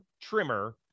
trimmer